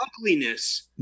ugliness